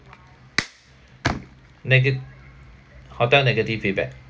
nega~ hotel negative feedback